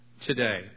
today